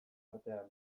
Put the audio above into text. artean